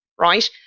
Right